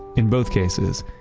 in both cases,